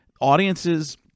audiences –